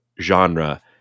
genre